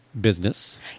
business